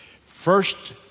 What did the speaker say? First